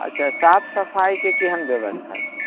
अच्छा साफ सफाइके केहन ब्यवस्था छै